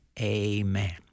Amen